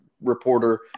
reporter